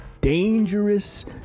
dangerous